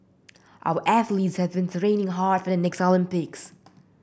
our athletes have been training hard for the next Olympics